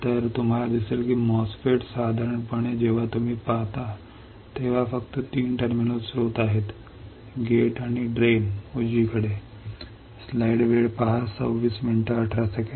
तर तुम्हाला दिसेल की MOSFET साधारणपणे जेव्हा तुम्ही पाहता तेव्हा फक्त तीन टर्मिनल स्त्रोत आहेत गेट आणि ड्रेन उजवीकडे